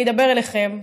אני אדבר אליכם,